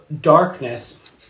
darkness